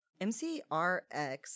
MCRX